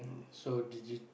so did it